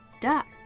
duck